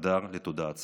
חדר לתודעה הציבורית,